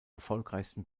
erfolgreichsten